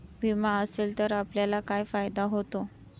विमा असेल तर आपल्याला काय फायदा होतो?